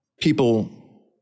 people